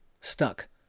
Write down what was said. stuck